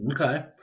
Okay